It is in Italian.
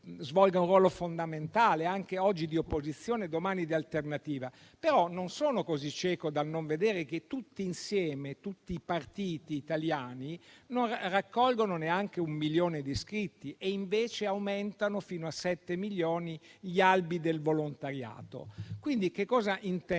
svolga un ruolo fondamentale, oggi di opposizione e domani di alternativa. Non sono però così cieco da non vedere che, tutti insieme, i partiti italiani non raccolgono neanche un milione di iscritti e invece aumentano fino a 7 milioni gli iscritti negli albi del volontariato. Quindi, intendo